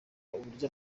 uburyo